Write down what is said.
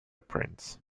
prints